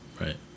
Right